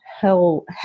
hell